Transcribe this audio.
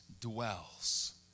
dwells